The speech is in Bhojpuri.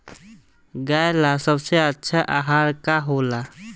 गाय ला सबसे अच्छा आहार का होला?